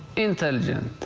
intelligent,